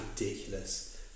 ridiculous